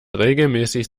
regelmäßig